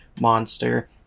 monster